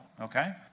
okay